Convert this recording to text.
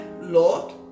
Lord